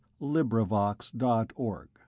LibriVox.org